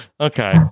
Okay